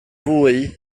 fwy